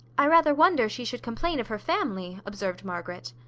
i rather wonder she should complain of her family, observed margaret.